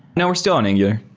no. we're still on angular.